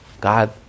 God